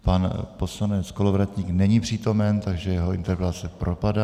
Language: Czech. Pan poslanec Kolovratník není přítomen, takže jeho interpelace propadá.